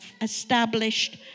established